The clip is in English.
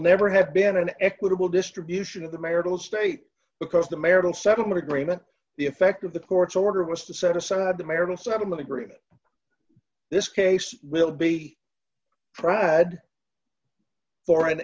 never have been an equitable distribution of the marital state because the marital settlement agreement the effect of the court's order was to set aside the marital settlement agreement this case will be tried for